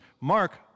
Mark